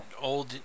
old